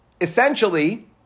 essentially